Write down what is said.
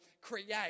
create